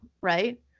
right